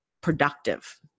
productive